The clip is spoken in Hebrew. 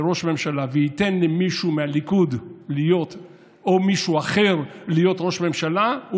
ראש ממשלה וייתן למישהו מהליכוד או מישהו אחר להיות ראש ממשלה,